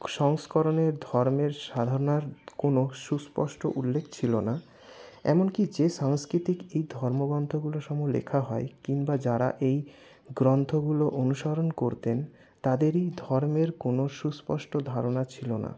সংস্করণের ধর্মের সাধনার কোনো সুস্পষ্ট উল্লেখ ছিল না এমনকি যে সাংস্কৃতিক এই ধর্মগ্রন্থগুলো সময় লেখা হয় কিংবা যারা এই গ্রন্থগুলো অনুসরণ করতেন তাদেরই ধর্মের কোনো সুস্পষ্ট ধারণা ছিল না